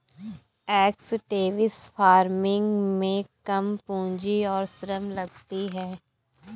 extensive farming में कम पूंजी और श्रम लगती है